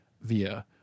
via